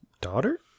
daughter